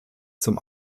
zum